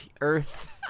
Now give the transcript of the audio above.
earth